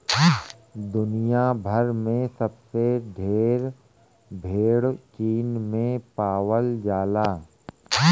दुनिया भर में सबसे ढेर भेड़ चीन में पावल जाला